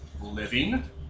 living